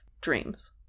dreams